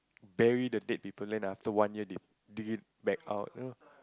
bury the dead people then after one year they dig it back out you know